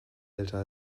älter